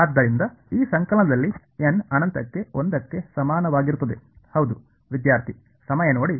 ಆದ್ದರಿಂದ ಈ ಸಂಕಲನದಲ್ಲಿ ಏನ್ ಅನಂತಕ್ಕೆ ಒಂದಕ್ಕೆ ಸಮಾನವಾಗಿರುತ್ತದೆ